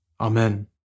Amen